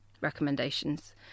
Recommendations